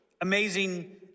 Amazing